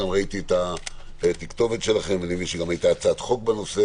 אני מבין שהיתה הצעת חוק בנושא,